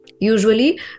Usually